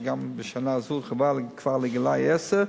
שגם בשנה זו הורחבה כבר לגילאי עשר,